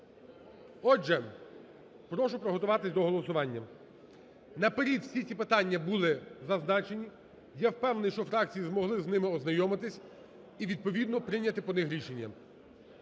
Отже, прошу приготуватися на голосування. Наперед всі ці питання були зазначені. Я впевнений, що фракції змогли з ними ознайомитися і відповідно прийняти по них рішення.